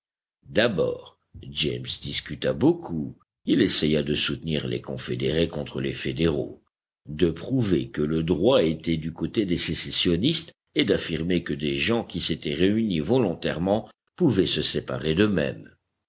d'abord james discuta beaucoup il essaya de soutenir les confédérés contre les fédéraux de prouver que le droit était du côté des sécessionnistes et d'affirmer que des gens qui s'étaient réunis volontairement pouvaient se séparer